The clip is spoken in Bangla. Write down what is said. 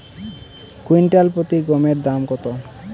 কুইন্টাল প্রতি গমের দাম কত?